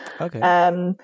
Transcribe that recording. Okay